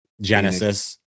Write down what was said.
Genesis